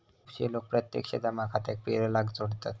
खुपशे लोक प्रत्यक्ष जमा खात्याक पेरोलाक जोडतत